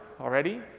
already